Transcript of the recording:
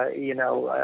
ah you know,